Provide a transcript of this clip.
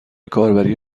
کاربری